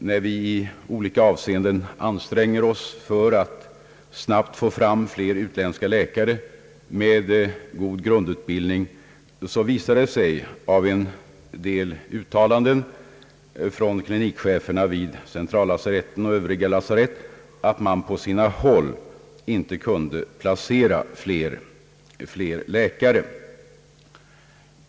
När vi i olika avseenden an stränger oss för att snabbt få fram fler utländska läkare med god grundutbildning, visar det sig av en del uttalanden från klinikcheferna vid centrallasaretten och Övriga lasarett, att man på sina håll inte kunde placera fler läkare.